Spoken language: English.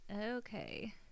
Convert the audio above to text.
okay